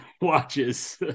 watches